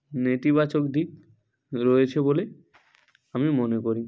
নেতিবাচক দিক রয়েছে বলে আমি মনে করি